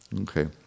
Okay